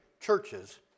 churches